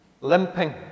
limping